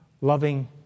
loving